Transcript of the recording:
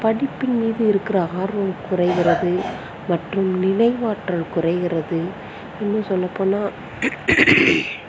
படிப்பின் மீது இருக்கிற ஆர்வம் குறைகிறது மற்றும் நினைவாற்றல் குறைகிறது இன்னும் சொல்லப் போனால்